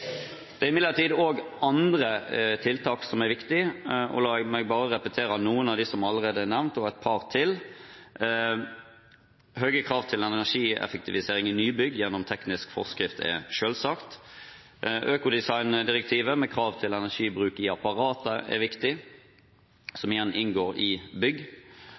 Det er imidlertid også andre tiltak som er viktige. La meg bare repetere noen av dem som allerede er nevnt, og et par til. Høye krav til energieffektivisering i nybygg gjennom teknisk forskrift er selvsagt. Økodesigndirektivet med krav til energibruk i apparater er viktig, som igjen inngår i bygg.